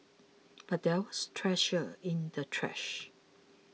but there was treasure in the trash